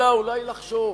אלא אולי לחשוב,